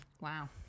Wow